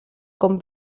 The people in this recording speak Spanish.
con